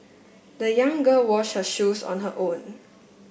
the young girl wash her shoes on her own